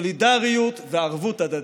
סולידריות וערבות הדדית?